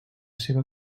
seva